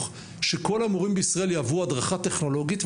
שכל המורים בישראל יעברו הדרכה טכנולוגית,